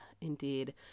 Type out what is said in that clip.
Indeed